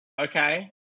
okay